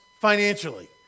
financially